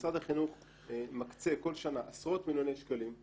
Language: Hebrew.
משרד החינוך מקצה כל שנה עשרות מיליוני שקלים.